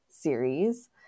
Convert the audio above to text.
series